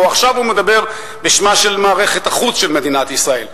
או "עכשיו הוא מדבר בשמה של מערכת החוץ של מדינת ישראל".